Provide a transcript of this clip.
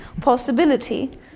possibility